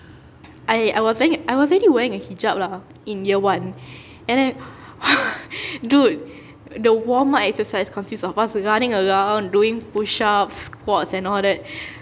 I I was wearing I was already wearing a hijab lah in year one and then dude the warm up exercise consist of us running around doing push-ups squats and all that